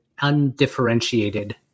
Undifferentiated